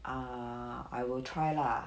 err I will try lah